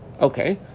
okay